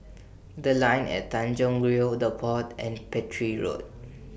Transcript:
The Line At Tanjong Rhu The Pod and Petir Road